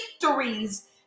victories